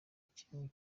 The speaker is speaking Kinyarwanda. kimwe